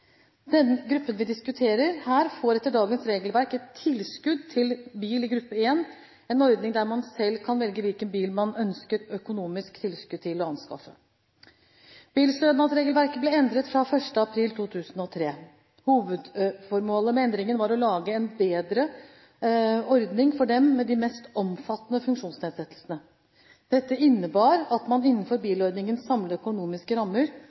Den gruppen vi diskuterer her, får etter dagens regelverk et tilskudd til bil i gruppe 1 – en ordning der man selv kan velge hvilken bil man ønsker økonomisk tilskudd til å anskaffe. Bilstønadsregelverket ble endret fra 1. april 2003. Hovedformålet med endringen var å lage en bedre ordning for dem med de mest omfattende funksjonsnedsettelsene. Dette innebar at man, innenfor bilordningens samlede økonomiske rammer,